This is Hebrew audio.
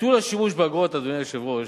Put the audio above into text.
ביטול השימוש באגורות, אדוני היושב-ראש,